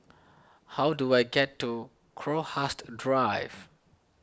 how do I get to Crowhurst Drive